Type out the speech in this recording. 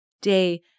day